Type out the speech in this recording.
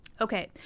Okay